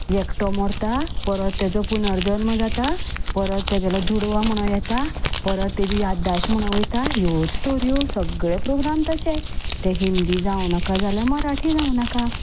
एकटो मरता परत ताजो पुनर्जन्म जाता परत तेगेलो जुडवा म्हणून येता परत तेजी याददाश म्हणून वयता ह्योच स्टोरो सगळ्या प्रोग्राम तशे ते हिंदी जावं नाका जाल्या मराठी जावं नाका